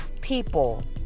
people